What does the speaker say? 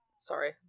Sorry